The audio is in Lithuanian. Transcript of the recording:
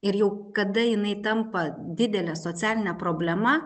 ir jau kada jinai tampa didele socialine problema